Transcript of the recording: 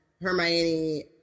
hermione